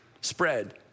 spread